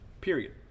period